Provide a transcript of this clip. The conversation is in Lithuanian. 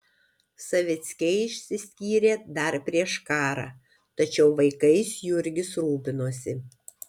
savickiai išsiskyrė dar prieš karą tačiau vaikais jurgis rūpinosi